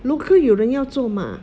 local 有人要做吗